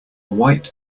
white